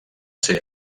ser